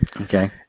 Okay